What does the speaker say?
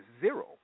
zero